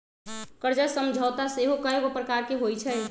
कर्जा समझौता सेहो कयगो प्रकार के होइ छइ